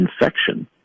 infection